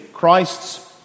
Christ's